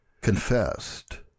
confessed